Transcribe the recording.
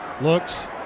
looks